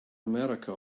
america